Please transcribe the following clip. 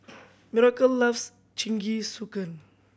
Miracle loves Jingisukan